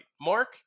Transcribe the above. Mark